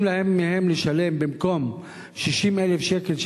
במקום 60,000 שקל,